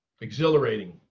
Exhilarating